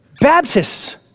Baptists